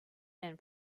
and